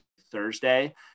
Thursday